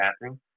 bathroom